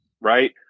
right